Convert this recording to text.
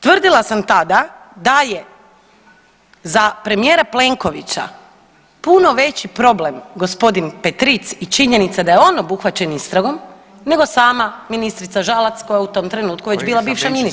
Tvrdila sam tada da je za premijera Plenkovića puno veći problem g. Petric i činjenica da je on obuhvaćen istragom nego sama ministrica Žalac koja je u tom trenutku već bila bivša ministrica.